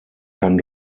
kann